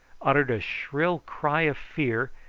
uttered a shrill cry of fear,